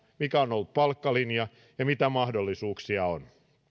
ollut palkkalinja ja mitä mahdollisuuksia on